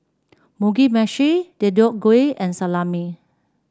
Mugi Meshi Deodeok Gui and Salami